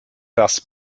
das